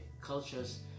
cultures